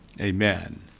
Amen